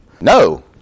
No